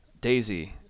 daisy